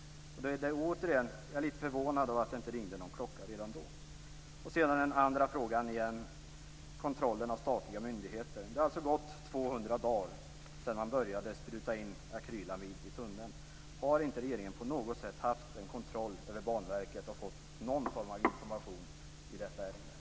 Återigen måste jag säga att jag är litet förvånad över att det inte ringde någon klocka redan då. Den andra frågan gällde kontrollen av statliga myndigheter. Det har alltså gått 200 dagar sedan man började spruta in akrylamid i tunneln. Har inte regeringen på något sätt haft en kontroll över Banverket och fått någon form av information i detta ärende?